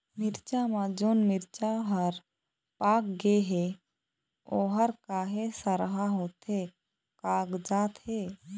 मिरचा म जोन मिरचा हर पाक गे हे ओहर काहे सरहा होथे कागजात हे?